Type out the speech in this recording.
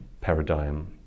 paradigm